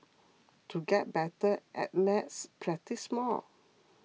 to get better at maths practise more